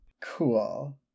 cool